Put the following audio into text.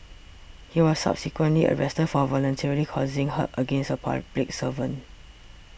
he was subsequently arrested for voluntarily causing hurt against a public servant